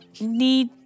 need